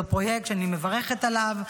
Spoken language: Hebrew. זה פרויקט שאני מברכת עליו,